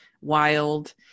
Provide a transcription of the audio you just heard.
wild